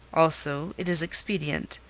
also it is expedient.